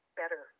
better